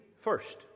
first